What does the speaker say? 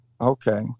Okay